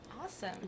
Awesome